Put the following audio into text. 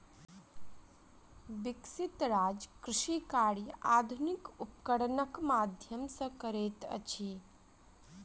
विकसित राज्य कृषि कार्य आधुनिक उपकरणक माध्यम सॅ करैत अछि